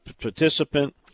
participant